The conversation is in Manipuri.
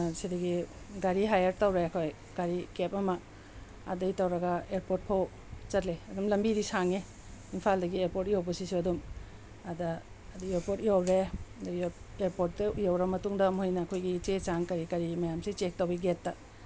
ꯑꯩꯈꯣꯏꯅ ꯁꯤꯗꯒꯤ ꯒꯥꯔꯤ ꯍꯥꯏꯌꯔ ꯇꯧꯔꯦ ꯑꯩꯈꯣꯏ ꯒꯥꯔꯤ ꯀꯦꯕ ꯑꯃ ꯑꯗꯒꯤ ꯇꯧꯔꯒ ꯑꯦꯌꯥꯔꯄꯣꯔꯠ ꯐꯥꯎ ꯆꯠꯂꯦ ꯑꯗꯨꯝ ꯂꯝꯕꯤꯗꯤ ꯁꯥꯡꯉꯦ ꯏꯝꯐꯥꯜꯗꯒꯤ ꯑꯦꯌꯥꯔꯄꯣꯔꯠ ꯌꯧꯕꯁꯤꯁꯨ ꯑꯗꯨꯝ ꯑꯗ ꯑꯗꯨ ꯑꯦꯌꯥꯔꯄꯣꯔꯠ ꯌꯧꯔꯦ ꯑꯦꯌꯥꯔꯄꯣꯔꯠꯇ ꯌꯧꯔꯕ ꯃꯇꯨꯡꯗ ꯃꯣꯏꯅ ꯑꯩꯈꯣꯏꯒꯤ ꯆꯦ ꯆꯥꯡ ꯀꯔꯤ ꯀꯔꯤ ꯃꯌꯥꯝꯁꯤ ꯆꯦꯛ ꯇꯧꯏ ꯒꯦꯠꯇ